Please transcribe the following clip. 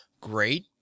great